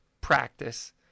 practice